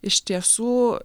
iš tiesų